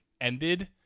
ended